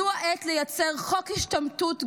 זו העת לייצר חוק השתמטות גורף,